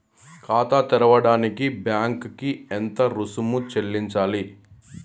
ఖాతా తెరవడానికి బ్యాంక్ కి ఎంత రుసుము చెల్లించాలి?